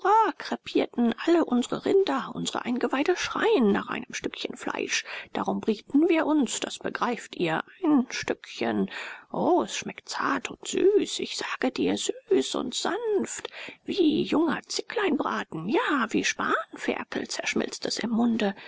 krepierten alle unsre rinder unsre eingeweide schreien nach einem stückchen fleisch darum brieten wir uns das begreift ihr ein stückchen o es schmeckt zart und süß ich sage dir süß und sanft wie junger zickleinbraten ja wie spanferkel zerschmilzt es im munde